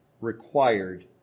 required